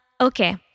okay